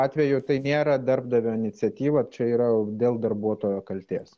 atveju tai nėra darbdavio iniciatyva čia yra dėl darbuotojo kaltės